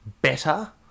better